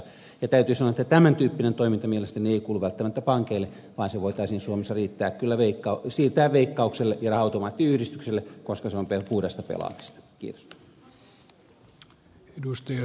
täytyy sanoa että tämän tyyppinen toiminta mielestäni ei kuulu välttämättä pankeille vaan se voitaisiin suomessa kyllä siirtää veikkaukselle ja raha automaattiyhdistykselle koska se on puhdasta pelaamista